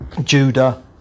Judah